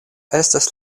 estas